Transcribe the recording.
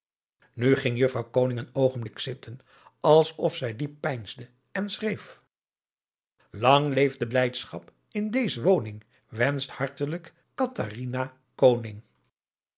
nu ging juffrouw koning een oogenblik zitten als of zij diep peinsde en schreef lang leev de blijdschap in deez woning wenscht hartelijk